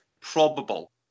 probable